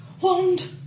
Wand